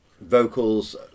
vocals